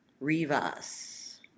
Rivas